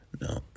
no